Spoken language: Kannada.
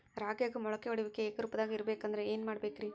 ರಾಗ್ಯಾಗ ಮೊಳಕೆ ಒಡೆಯುವಿಕೆ ಏಕರೂಪದಾಗ ಇರಬೇಕ ಅಂದ್ರ ಏನು ಮಾಡಬೇಕ್ರಿ?